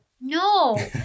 No